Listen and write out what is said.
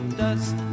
dust